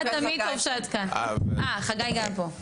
ראש תחום קהילת להט״ב,